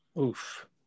Oof